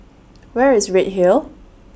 Where IS Redhill